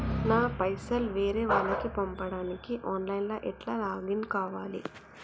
నా పైసల్ వేరే వాళ్లకి పంపడానికి ఆన్ లైన్ లా ఎట్ల లాగిన్ కావాలి?